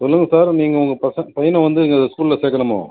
சொல்லுங்கள் சார் நீங்கள் உங்கள் பசங்க பையனை வந்து எங்கள் ஸ்கூல்லில் சேர்க்கணுமோ